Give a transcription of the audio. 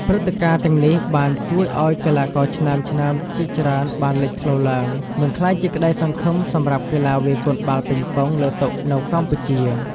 ព្រឹត្តិការណ៍ទាំងនេះបានជួយឱ្យកីឡាករឆ្នើមៗជាច្រើនបានលេចធ្លោឡើង និងក្លាយជាក្ដីសង្ឃឹមសម្រាប់កីឡាវាយកូនបាល់ប៉េងប៉ុងលើតុនៅកម្ពុជា។